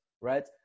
right